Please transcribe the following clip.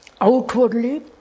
outwardly